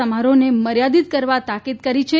સમારોહને મર્યાદિત કરવા તાકીદ કરી છે